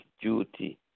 duty